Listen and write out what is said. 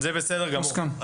זה בסדר גמור.